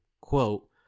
quote